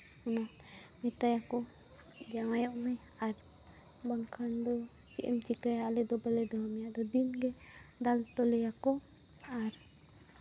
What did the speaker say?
ᱢᱮᱛᱟᱭᱟᱠᱚ ᱡᱟᱶᱟᱭᱚᱜ ᱢᱮ ᱟᱨ ᱵᱟᱝᱠᱷᱟᱱ ᱫᱚ ᱪᱮᱫ ᱮᱢ ᱪᱤᱠᱟᱹᱭᱟ ᱟᱞᱮ ᱫᱚ ᱵᱟᱞᱮ ᱫᱚᱦᱚ ᱢᱮᱭᱟ ᱟᱫᱚ ᱫᱤᱱ ᱜᱮ ᱟᱞ ᱛᱚᱞᱮᱭᱟᱠᱚ ᱟᱨ